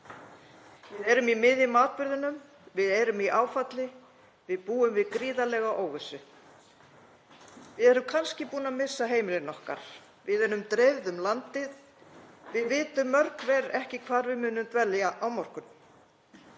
„Við erum í miðjum atburðinum. Við erum í áfalli. Við búum við gríðarlega óvissu. Við erum kannski búin að missa heimilin okkar. Við erum dreifð um landið. Við vitum mörg hver ekki hvar við munum dvelja á morgun.